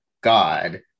god